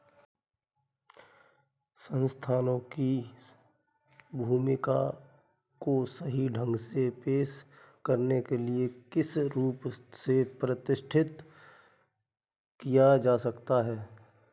संस्थानों की भूमिका को सही ढंग से पेश करने के लिए किस रूप से प्रतिष्ठित किया जा सकता है?